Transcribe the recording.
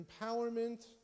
empowerment